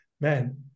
man